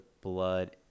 blood